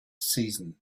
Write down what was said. season